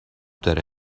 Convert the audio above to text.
داره